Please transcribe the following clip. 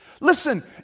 Listen